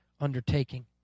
undertaking